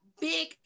big